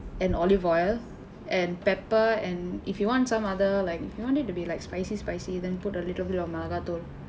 and olive oil and pepper and if you want some other like you if you want it to be like spicy spicy then put a little bit of milagai தூள்:milakaay thuul